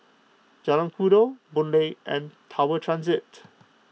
Jalan Kukoh Boon Lay and Tower Transit